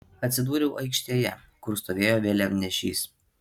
atsidūriau aikštėje kur stovėjo vėliavnešys